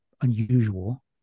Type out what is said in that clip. unusual